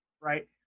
right